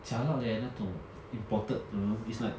讲到回来那种 imported 的 it's like